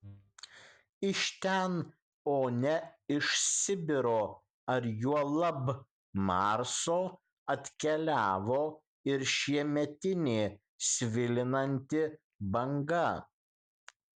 iš ten o ne iš sibiro ar juolab marso atkeliavo ir šiemetinė svilinanti banga